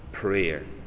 prayer